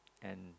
and